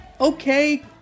okay